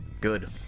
Good